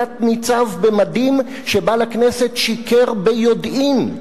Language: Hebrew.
תת-ניצב במדים שבא לכנסת שיקר ביודעין.